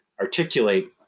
articulate